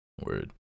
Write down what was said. word